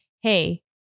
Hey